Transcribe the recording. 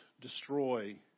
destroy